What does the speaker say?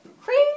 Crazy